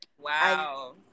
wow